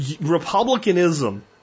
Republicanism